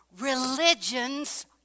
Religions